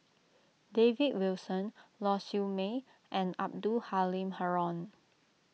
David Wilson Lau Siew Mei and Abdul Halim Haron